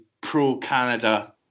pro-Canada